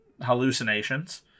hallucinations